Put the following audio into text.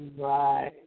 right